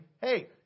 hey